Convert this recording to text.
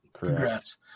Congrats